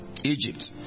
Egypt